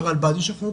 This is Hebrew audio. לרלב"ד יש אחריות,